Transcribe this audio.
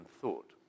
Thought